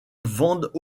vendent